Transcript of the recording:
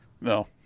No